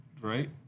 Right